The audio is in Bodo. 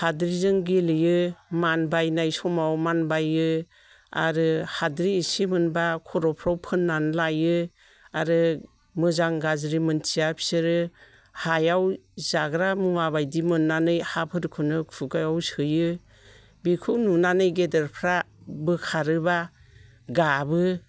हाद्रिजों गेलेयो मानबायनाय समाव मानबायो आरो हाद्रि इसि मोनब्ला खर'फ्राव फोननानै लायो आरो मोजां गाज्रि मिनथिया बिसोरो हायाव जाग्रा मुवा बायदि मोननानै हाफोरखौनो खुगायाव सोयो बिखौ नुनानै गेदेरफ्रा बोखारोब्ला गाबो